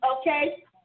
okay